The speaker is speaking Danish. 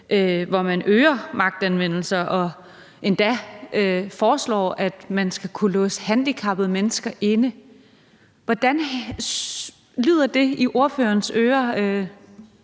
hvor man øger magtanvendelser og endda foreslår, at man skal kunne låse handicappede mennesker inde. Hvordan lyder det i ordførerens ører